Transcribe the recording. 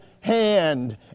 hand